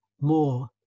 more